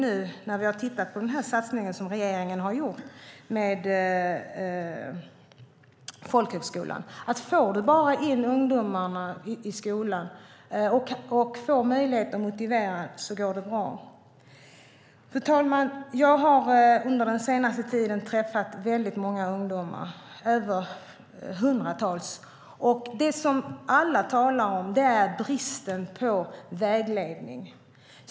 Nu när vi har tittat på den satsning som regeringen gjort på folkhögskolan vet vi att om man bara får in ungdomarna i skolan och får möjlighet att motivera dem går det bra. Fru talman! Jag har under den senaste tiden träffat väldigt många ungdomar - hundratals. Det som alla talar om är bristen på vägledning.